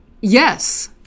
yes